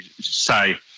say